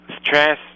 stress